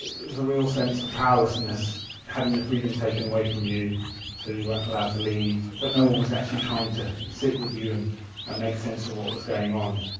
ah real sense of powerlessness having your freedom taken away from you so you weren't allowed to leave. but no one was actually trying to sit with you and make sense of what was going on,